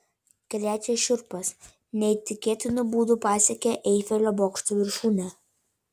krečia šiurpas neįtikėtinu būdu pasiekė eifelio bokšto viršūnę